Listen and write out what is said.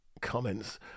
comments